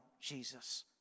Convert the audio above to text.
Jesus